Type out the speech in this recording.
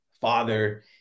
father